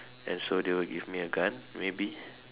and so they will give me a gun maybe